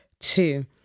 Two